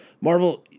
Marvel